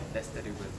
that's terrible